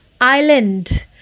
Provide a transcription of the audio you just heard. Island